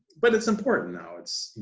but it's important now, it's